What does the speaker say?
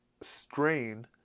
strain